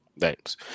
Thanks